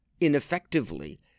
ineffectively